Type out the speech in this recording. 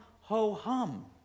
ho-hum